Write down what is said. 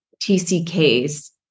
tck's